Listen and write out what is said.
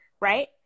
right